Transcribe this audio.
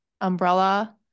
umbrella